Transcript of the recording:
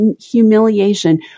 humiliation